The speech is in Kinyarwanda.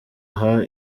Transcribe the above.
aha